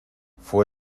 fué